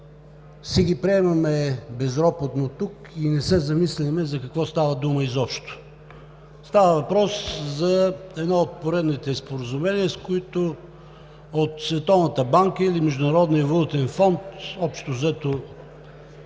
си ги приемаме безропотно тук и не се замисляме за какво става дума изобщо. Става въпрос за едно от поредните споразумения, с които от Световната